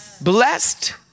Blessed